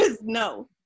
no